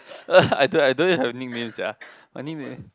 I don't I don't even have a nickname sia funny meh